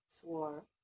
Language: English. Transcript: swore